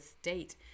state